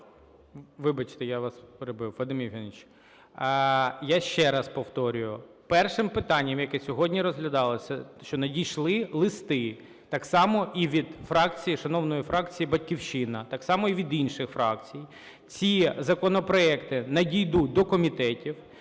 Вибачте, я вас перебив. Вадим Євгенович, я ще раз повторюю: першим питанням, яке сьогодні розглядалося, що надійшли листи так само і від фракції, шановної фракції "Батьківщина", так само і від інших фракцій. Ці законопроекти надійдуть до комітетів,